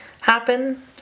happen